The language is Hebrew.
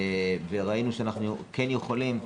וראינו שאנחנו כן יכולים,